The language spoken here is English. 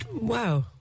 Wow